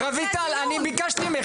רויטל, ביקשתי ממך.